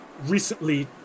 recently